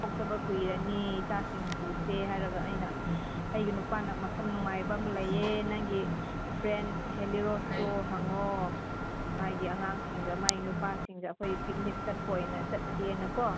ꯊꯣꯛꯇꯕ ꯀꯨꯏꯔꯅꯤ ꯏꯆꯥꯁꯤꯡ ꯄꯨꯁꯦ ꯍꯥꯏꯔꯒ ꯑꯩꯅ ꯑꯩꯒꯤ ꯅꯨꯄꯥꯅ ꯃꯐꯝ ꯅꯨꯡꯉꯥꯏꯕ ꯑꯃ ꯂꯩꯌꯦ ꯅꯪꯒꯤ ꯐ꯭ꯔꯦꯟ ꯍꯦꯂꯤꯔꯣꯁꯇꯣ ꯍꯪꯉꯣ ꯃꯥꯒꯤ ꯑꯉꯥꯡꯁꯤꯡꯒ ꯃꯥꯒꯤ ꯅꯨꯄꯥꯁꯤꯡꯒ ꯑꯩꯈꯣꯏ ꯄꯤꯛꯅꯤꯡ ꯆꯠꯄ ꯑꯣꯏꯅ ꯆꯠꯁꯦꯅꯀꯣ